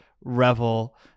revel